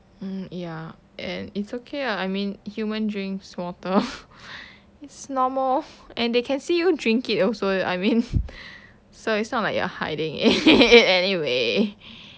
mm ya and it's ok lah I mean human drinks water it's normal and they can see you drink it also I mean so it's not like you are hiding it anyway